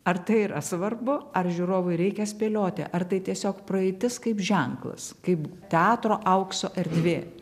ar tai yra svarbu ar žiūrovui reikia spėlioti ar tai tiesiog praeitis kaip ženklas kaip teatro aukso erdvė